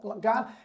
God